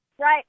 Right